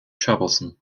troublesome